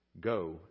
Go